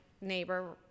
neighbor